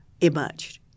emerged